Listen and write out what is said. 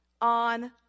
on